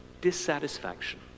Dissatisfaction